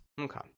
Okay